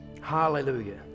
Hallelujah